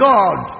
God